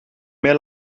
mehr